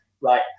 right